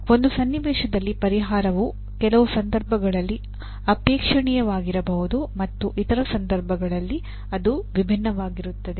ಒಂದು ಸನ್ನಿವೇಶದಲ್ಲಿ ಪರಿಹಾರವು ಕೆಲವು ಸಂದರ್ಭಗಳಲ್ಲಿ ಅಪೇಕ್ಷಣೀಯವಾಗಿರಬಹುದು ಮತ್ತು ಇತರ ಕೆಲವು ಸಂದರ್ಭಗಳಲ್ಲಿ ಅದು ವಿಭಿನ್ನವಾಗಿರುತ್ತದೆ